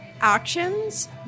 actions